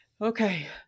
Okay